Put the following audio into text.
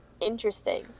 interesting